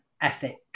ethic